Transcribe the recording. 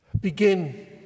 begin